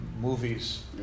movies